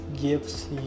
gives